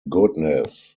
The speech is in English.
goodness